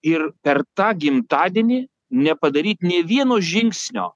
ir per tą gimtadienį nepadaryt nė vieno žingsnio